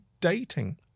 dating